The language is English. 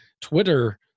Twitter